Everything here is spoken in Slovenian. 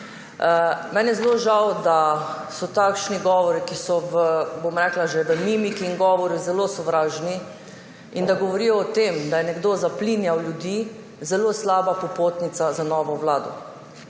Meni je zelo žal, da so takšni govori, ki so, bom rekla, že v mimiki, in govoru, zelo sovražni. In da govorijo o tem, da je nekdo zaplinjal ljudi, je zelo slaba popotnica za novo vlado.